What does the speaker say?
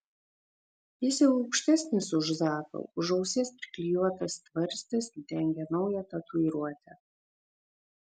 jis jau aukštesnis už zaką už ausies priklijuotas tvarstis dengia naują tatuiruotę